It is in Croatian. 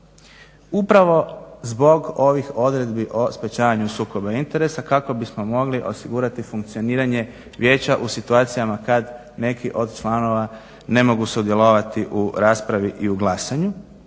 upravo zbog ovih odredbi o sprečavanju sukoba interesa kako bismo mogli osigurati funkcioniranje vijeća u situacijama kad neki od članova ne mogu sudjelovati u raspravi i u glasanju